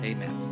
Amen